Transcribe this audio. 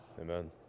Amen